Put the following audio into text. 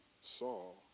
Saul